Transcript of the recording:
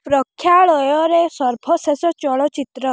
ପ୍ରେକ୍ଷାଳୟରେ ସର୍ବଶେଷ ଚଳଚ୍ଚିତ୍ର